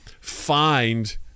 find